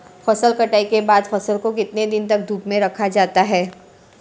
फसल कटाई के बाद फ़सल को कितने दिन तक धूप में रखा जाता है?